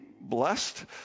blessed